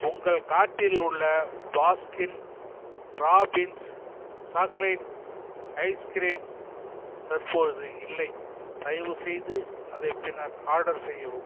உங்கள் கார்ட்டில் உள்ள பாஸ்கின் ராபின்ஸ் சாக்லேட் ஐஸ்கிரீம் தற்பொழுது இல்லை தயவுசெய்து அதை பின்னர் ஆர்டர் செய்யவும்